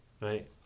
right